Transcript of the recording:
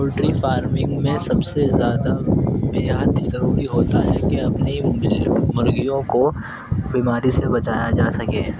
poultry farming میں سب سے زیادہ نہایت ہی ضروری ہوتا ہے کہ اپنی مرغیوں کو بیماری سے بچایا جا سکے